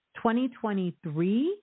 2023